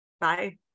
Bye